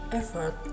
effort